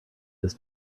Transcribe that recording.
this